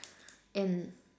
and